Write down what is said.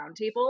roundtable